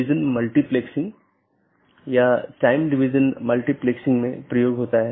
AS number जो network के माध्यम से मार्ग का वर्णन करता है एक BGP पड़ोसी अपने साथियों को पाथ के बारे में बताता है